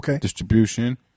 distribution